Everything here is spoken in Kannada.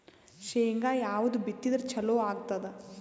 ಶೇಂಗಾ ಯಾವದ್ ಬಿತ್ತಿದರ ಚಲೋ ಆಗತದ?